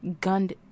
gunned